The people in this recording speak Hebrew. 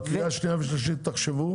לקראת הקריאה השנייה והשלישית תחשבו.